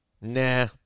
Nah